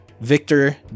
Victor